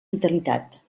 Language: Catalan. vitalitat